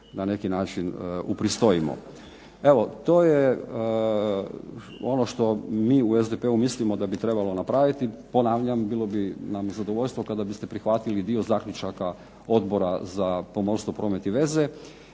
na neki način upristojimo. Evo to je ono što mi u SDP-u mislimo da bi trebalo napraviti. Ponavljam bilo bi nam zadovoljstvo kada biste prihvatili dio zaključaka Odbora za pomorstvo, promet i veze.